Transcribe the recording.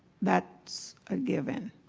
that's a given.